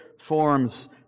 forms